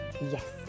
Yes